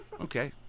okay